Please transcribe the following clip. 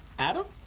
adam?